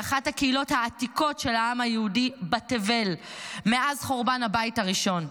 היא אחת הקהילות העתיקות של העם היהודי בתבל מאז חורבן הבית הראשון.